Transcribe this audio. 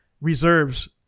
reserves